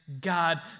God